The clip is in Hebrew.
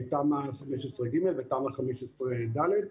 תמ"א 15 ג ותמ"א 15 ד.